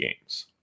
games